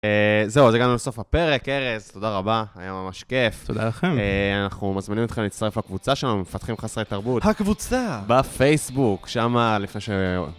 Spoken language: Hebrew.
אה... זהו, אז הגענו לסוף הפרק, ארז, תודה רבה, היה ממש כיף. תודה לכם. אה... אנחנו מזמינים אתכם להצטרף לקבוצה שלנו, מפתחים חסרי תרבות. הקבוצה! בפייסבוק, שמה, לפני ש...